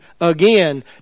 again